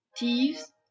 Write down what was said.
Thieves